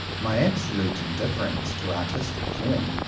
my absolute indifference to artistic form,